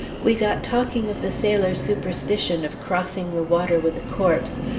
we got talking of the sailor's superstition of crossing the water with a corpse,